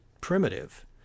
primitive